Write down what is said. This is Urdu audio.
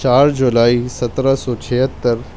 چار جولائی سترہ سو چھہتر